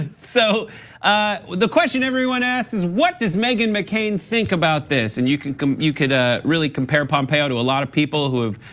so the question everyone asks is what does meghan mccain think about this? and you could you could ah really compare pompeo to a lot of people who